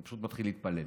אני פשוט מתחיל להתפלל.